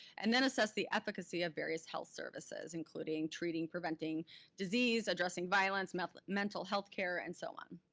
and then assess the efficacy of various health services, including treating, preventing disease, addressing violence, mental mental health care, and so on.